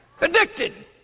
Addicted